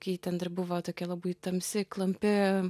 kai ten dar buvo tokia labai tamsi klampi